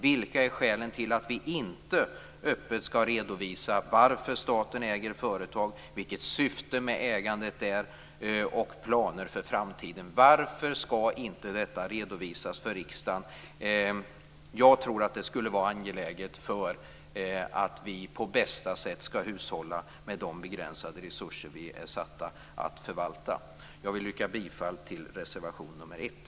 Vilka är skälen till att vi inte öppet skall redovisa varför staten äger företag, vilket syftet med ägandet är, och vilka planer man har för framtiden? Varför skall inte detta redovisas för riksdagen? Jag tror att det skulle vara angeläget för att vi på bästa sätt skall hushålla med de begränsade resurser vi är satta att förvalta. Jag vill yrka bifall till reservation nr 1.